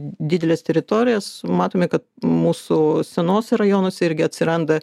dideles teritorijas matome kad mūsų senuose rajonuose irgi atsiranda